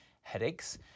headaches